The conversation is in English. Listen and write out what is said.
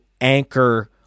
anchor